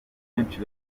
benshi